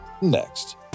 next